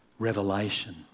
Revelation